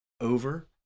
over